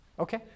Okay